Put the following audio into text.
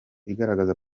igaragaza